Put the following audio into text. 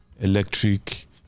electric